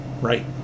right